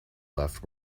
left